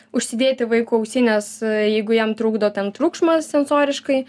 užsidėti vaikui ausines jeigu jam trukdo ten triukšmas censoriškai